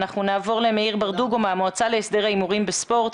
אנחנו נעבור למאיר ברדוגו מהמועצה להסדר ההימורים בספורט,